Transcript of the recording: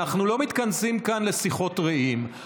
אנחנו לא מתכנסים כאן לשיחות רעים.